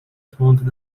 تند